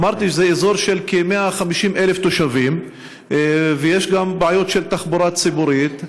אמרתי שזה אזור של כ-150,000 תושבים ויש גם בעיות של תחבורה ציבורית,